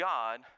God